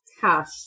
cash